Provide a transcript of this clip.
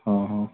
ହଁ ହଁ